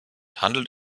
handelt